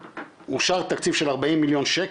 אושר תקציב של 40 מיליון ₪